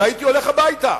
והייתי הולך הביתה.